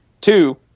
Two